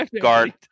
guard